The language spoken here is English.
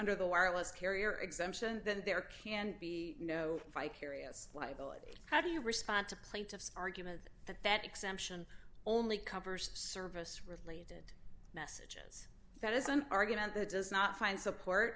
under the wireless carrier exemption then there can be no vicarious liability how do you respond to plaintiff's argument that that exemption only covers service record messages that is an argument that does not find support